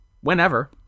whenever